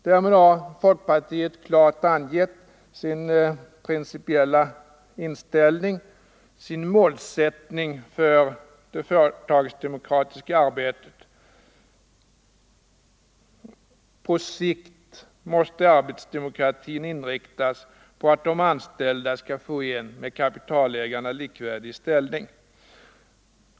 Därmed har folkpartiet klart angett sin principiella inställning, sin målsättning för det företagsdemokratiska arbetet — att arbetsdemokratin på sikt måste inriktas på att de anställda skall få en med kapitalägarna likvärdig ställning.